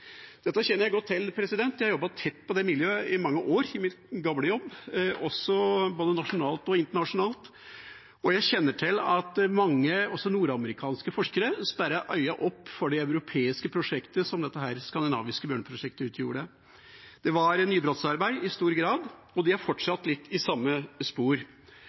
Dette kjenner jeg godt til. Jeg har jobbet tett på det miljøet i mange år i min gamle jobb, både nasjonalt og internasjonalt, og jeg kjenner til at mange, også nordamerikanske forskere, sperret øynene opp for det europeiske prosjektet som dette skandinaviske bjørneprosjektet utgjorde. Det var nybrottsarbeid i stor grad, og det har fortsatt litt i samme spor.